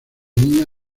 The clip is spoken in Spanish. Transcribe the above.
niña